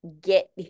get